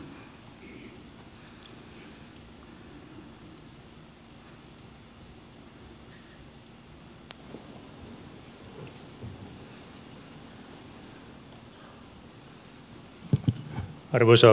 arvoisa puhemies